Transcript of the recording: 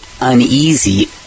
uneasy